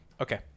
Okay